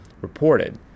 reported